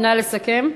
נא לסכם.